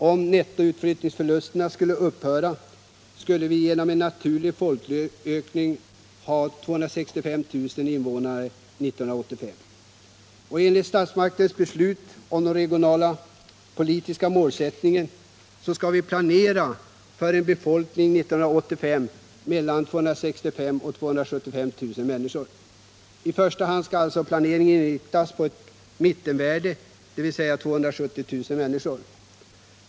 Om utflyttningsförlusterna kunde upphöra skulle vi genom naturlig folkökning ha 265 000 invånare 1985. Enligt statsmakternas beslut om de regionalpolitiska målsättningarna skall vi planera för en befolkning 1985 på mellan 265 000 och 275 000 människor. I första hand skall planeringen inriktas på mittvärdet, dvs. 270 000.